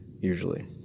usually